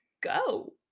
go